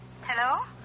Hello